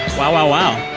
wow.